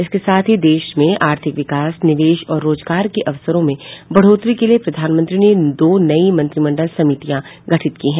इसके साथ ही देश में आर्थिक विकास निवेश और रोजगार के अवसरों में बढ़ोतरी के लिए प्रधानमंत्री ने दो नयी मंत्रिमंडल समितियां गठित की है